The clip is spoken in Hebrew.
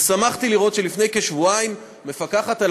ושמחתי לראות שלפני כשבועיים המפקחת על